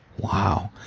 wow.